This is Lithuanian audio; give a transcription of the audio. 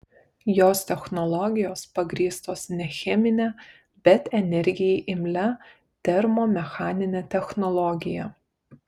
jos technologijos pagrįstos ne chemine bet energijai imlia termomechanine technologija